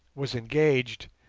was engaged,